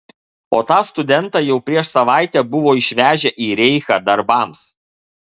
o tą studentą jau prieš savaitę buvo išvežę į reichą darbams